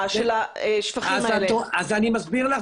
של השפכים האלה --- אז אני מסביר לך.